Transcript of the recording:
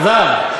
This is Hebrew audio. אלעזר,